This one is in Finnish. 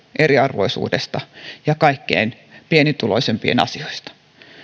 eriarvoisuudesta ja kaikkein pienituloisimpien asioista